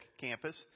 campus